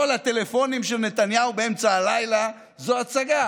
כל הטלפונים של נתניהו באמצע הלילה זו הצגה.